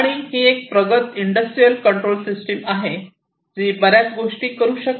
आणि ही एक प्रगत इंडस्ट्रियल कंट्रोल सिस्टम आहे जी बर्याच गोष्टी करू शकते